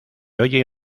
oye